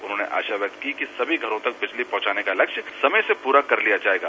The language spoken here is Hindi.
उन्होंने आशा व्यक्त की कि सभी घरों तक बिजली पहंचाने का लक्ष्य समय से पूरा कर लिया जाएगा